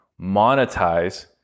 monetize